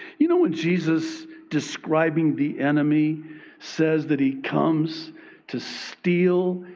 you know when jesus describing the enemy says that he comes to steal,